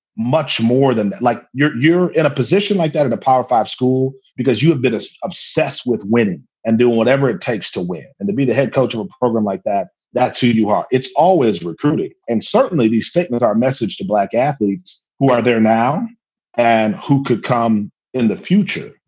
much more than like you're you're in a position like that in a power five school because you have been so obsessed with winning and do whatever it takes to win and to be the head coach of a program like that. that's who you are. it's always recruiting. and certainly these statements, our message to black athletes who are there now and who could come in the future.